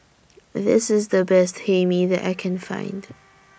This IS The Best Hae Mee that I Can Find